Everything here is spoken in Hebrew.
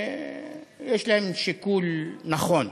יש להם שיקול נכון.